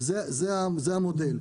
זה המודל.